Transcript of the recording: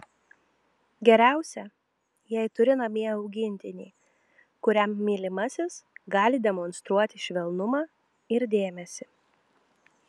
geriausia jei turi namie augintinį kuriam mylimasis gali demonstruoti švelnumą ir dėmesį